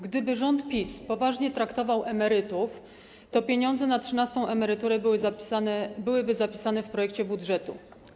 Gdyby rząd PiS poważnie traktował emerytów, to pieniądze na trzynastą emeryturę byłyby zapisane w projekcie budżetu.